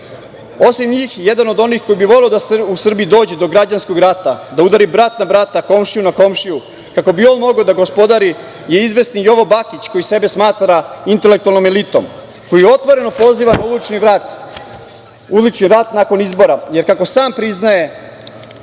njih jedan od onih koji bi voleo da u Srbiji dođe do građanskog rata, da udari brat na brata, komšija na komšiju kako bi on mogao da gospodari je izvesni Jovo Bakić koji sebe smatra intelektualnom elitom, koji otvoreno poziva na ulični rat, ulični rat nakon izbora, jer, kako sam priznaje,